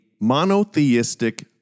monotheistic